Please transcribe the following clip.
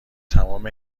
تمام